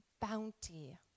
bounty